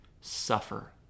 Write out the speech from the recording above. suffer